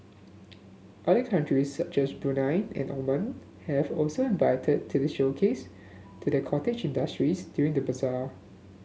other countries such as Brunei and Oman have also invited to the showcase to the cottage industries during the bazaar